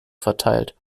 verteilt